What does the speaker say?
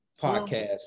podcast